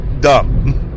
dumb